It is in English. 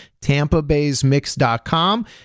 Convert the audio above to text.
tampabaysmix.com